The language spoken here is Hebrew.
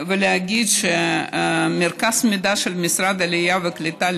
ולהגיד שמרכז המידע של משרד העלייה והקליטה,